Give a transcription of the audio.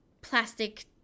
plastic